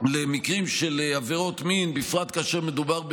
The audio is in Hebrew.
במקרים של עבירות מין, בפרט כאשר מדובר בקטינים,